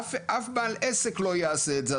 אף בעל עסק לא יעשה את זה,